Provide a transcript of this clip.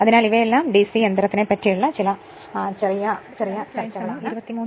അതിനാൽ ഇവയെല്ലാം ഡിസി യന്ത്രത്തിന്റെ പറ്റിയുള്ള ചില ചെറിയ ചർച്ചകളാണ്